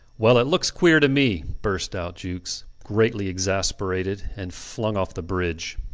well, it looks queer to me, burst out jukes, greatly exasperated, and flung off the bridge.